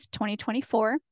2024